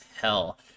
hell